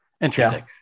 Interesting